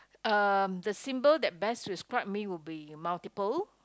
uh the symbol that best describe me would be multiple